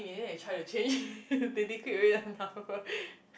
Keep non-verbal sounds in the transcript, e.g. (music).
maybe they try to change (laughs) they liquid away the number (laughs)